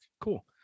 cool